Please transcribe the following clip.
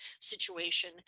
situation